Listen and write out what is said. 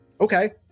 okay